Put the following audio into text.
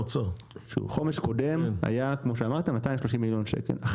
בחומש הקודם היה 230 מיליון ₪, כמו שאמרת.